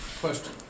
question